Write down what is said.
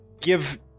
give